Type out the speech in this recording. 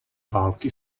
války